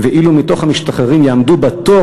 ואילו מתוך המשתחררים יעמדו בתור,